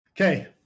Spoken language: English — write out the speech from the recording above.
Okay